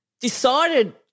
Decided